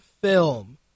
film